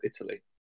Italy